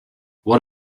what